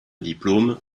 diplôme